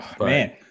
man